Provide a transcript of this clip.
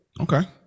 Okay